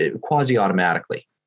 quasi-automatically